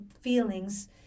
feelings